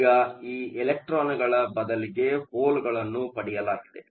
ಈಗ ಎಲೆಕ್ಟ್ರಾನ್ಗಳ ಬದಲಿಗೆ ಹೋಲ್ಗಳನ್ನು ಪಡೆಯಲಾಗಿದೆ